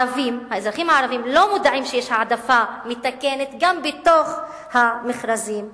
האזרחים הערבים לא מודעים לכך שיש העדפה מתקנת גם בתוך המכרזים הכלליים.